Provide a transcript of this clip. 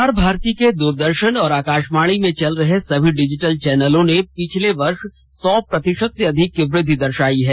प्रसार भारती के दूरदर्शन और आकाशवाणी में चल रहे सभी डिजिटल चैनलों ने पिछले वर्ष सौ प्रतिशत से अधिक की वृद्वि दर्शायी है